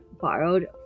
borrowed